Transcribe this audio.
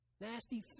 Nasty